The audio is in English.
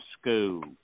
school